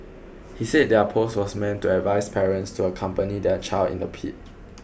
he said their post was meant to advise parents to accompany their child in the pit